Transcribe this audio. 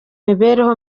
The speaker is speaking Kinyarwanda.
mibereho